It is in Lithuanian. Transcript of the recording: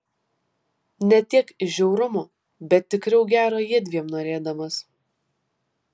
ne tiek iš žiaurumo bet tikriau gero jiedviem norėdamas